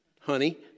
honey